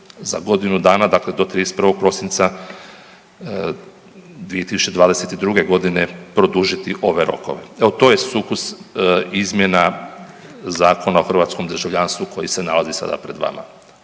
za godinu dana, dakle do 31. prosinca 2022. g. produžiti ove rokove. Evo, to je sukus izmjena Zakona o hrvatskom državljanstvu koji se nalazi sada pred vama.